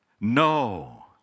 No